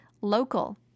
local